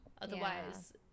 Otherwise